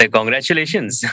Congratulations